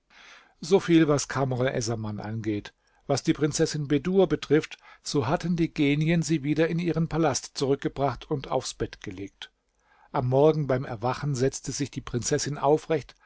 so viel was kamr essaman angeht was die prinzessin bedur betrifft so hatten die genien sie wieder in ihren palast zurückgebracht und aufs bett gelegt am morgen beim erwachen setzte sich die prinzessin aufrecht